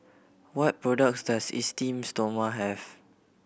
what products does Esteem Stoma have